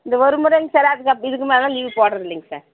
இந்த ஒரு முறைங்க சார் அதுக்கு அப்படி இதுக்கு மேலெல்லாம் லீவ் போடுறது இல்லைங்க சார்